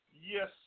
Yes